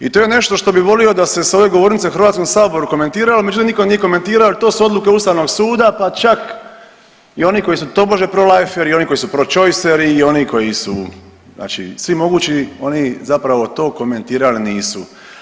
I to je nešto što bih volio da se sa ove govornice Hrvatskom saboru komentiralo, međutim nitko nije komentirao jer to su odluke Ustavnog suda pa čak i oni koji su tobože proliferi, oni koji su prochoiceri, oni koji su znači svi mogući oni zapravo to komentirali nisu.